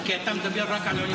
כי אתה מדבר רק על עולים חדשים.